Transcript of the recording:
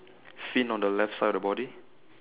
fin on the left side of body